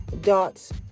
dots